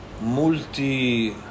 multi